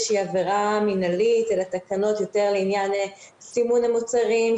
שהיא עבירה מנהלית אלא תקנות יותר לעניין סימון המוצרים,